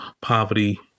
poverty